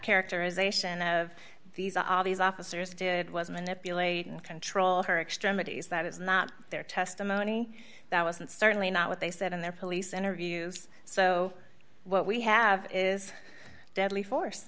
characterization of these all these officers did was manipulate and control her extremities that is not their testimony that wasn't certainly not what they said in their police interviews so what we have is deadly force